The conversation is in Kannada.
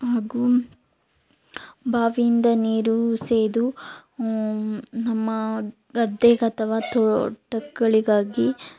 ಹಾಗೂ ಬಾವಿಯಿಂದ ನೀರು ಸೇದು ನಮ್ಮ ಗದ್ದೆಗೆ ಅಥವಾ ತೋಟಗಳಿಗಾಗಿ